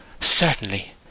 Certainly